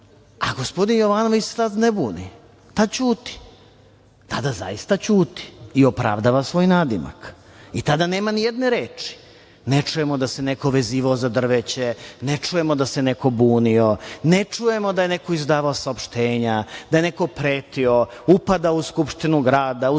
a gospodin Jovanović se sad ne buni, sad ćuti, tada zaista ćuti i opravdava svoj nadimak i tada nema ni jedne reči, ne čujemo da se neko vezivao za drveće, ne čujemo da se neko bunio, ne čujemo da je neko izdavao saopštenja, da je neko pretio, upadao u Skupštinu grada,